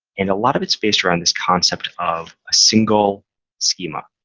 and a lot of it's based around this concept of a single schema.